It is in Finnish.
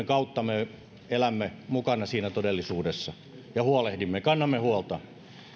kautta me elämme mukana siinä todellisuudessa ja huolehdimme ja kannamme huolta